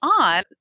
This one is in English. on